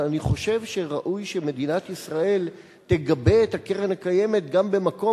אבל אני חושב שראוי שמדינת ישראל תגבה את הקרן הקיימת גם במקום